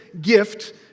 gift